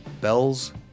Bell's